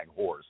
whores